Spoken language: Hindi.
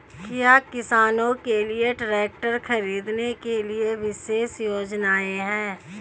क्या किसानों के लिए ट्रैक्टर खरीदने के लिए विशेष योजनाएं हैं?